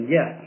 Yes